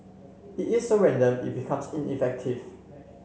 it is so random it becomes ineffective